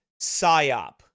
psyop